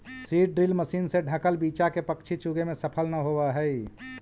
seed drill machine से ढँकल बीचा के पक्षी चुगे में सफल न होवऽ हई